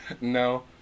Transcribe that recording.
No